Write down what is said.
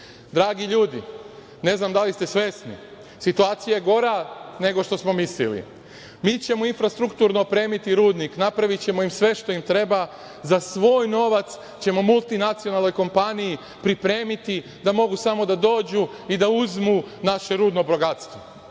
ljudi, ne znam da li ste svesni, situacija je gora nego što smo mislili. Mi ćemo infrastrukturno opremiti rudnik, napravićemo im sve što im treba, za svoj novac ćemo multinacionalnoj kompaniji pripremiti da mogu samo da dođu i da uzmu naše rudno bogatstvo,